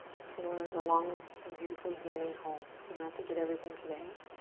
for the long, and beautiful journey home, so you don't have to get everything today.